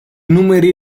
numeri